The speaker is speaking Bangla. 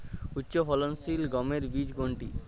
উচ্চফলনশীল গমের বীজ কোনটি?